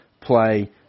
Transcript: play